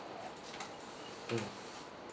mm